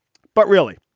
but really,